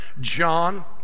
John